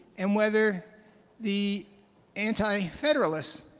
and whether the antifederalists